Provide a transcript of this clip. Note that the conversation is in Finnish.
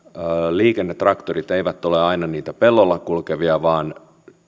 liikennetraktorit eivät ole aina niitä pellolla kulkevia vaan